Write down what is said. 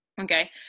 okay